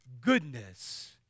goodness